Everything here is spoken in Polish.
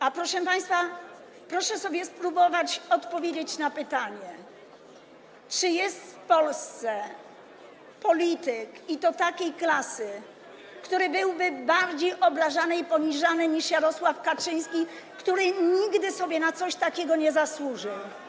A proszę państwa, proszę sobie spróbować odpowiedzieć na pytanie: Czy jest w Polsce polityk i to takiej klasy, który byłby bardziej obrażany i poniżany niż Jarosław Kaczyński, który nigdy sobie na coś takiego nie zasłużył?